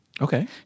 Okay